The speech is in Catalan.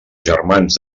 germans